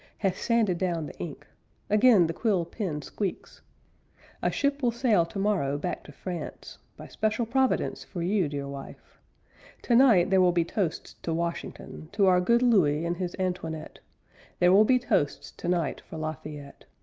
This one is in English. has sanded down the ink again the quill pen squeaks a ship will sail tomorrow back to france, by special providence for you, dear wife tonight there will be toasts to washington, to our good louis and his antoinette there will be toasts tonight for la fayette.